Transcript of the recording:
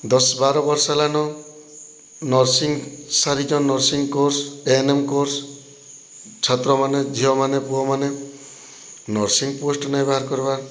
ଦଶ୍ ବାର ବର୍ଷ୍ ହେଲାନ ନର୍ସିଂ ସାରିଚନ୍ nursing course A N M course ଛାତ୍ରମାନେ ଝିଅମାନେ ପୁଅମାନେ ନର୍ସିଂ ପୋଷ୍ଟ୍ ନାଇଁ ବାହାର୍ କରବାର୍